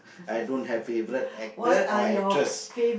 I don't have favorite actors or actress